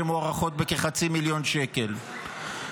שמוערכות בכחצי מיליון שקלים.